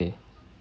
eh